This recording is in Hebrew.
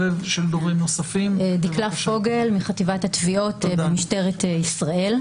דקלה פוגל, חטיבת התביעות במשטרת ישראל.